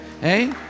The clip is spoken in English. Hey